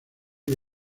que